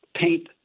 paint